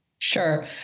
Sure